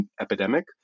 epidemic